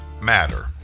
matter